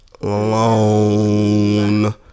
alone